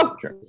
sure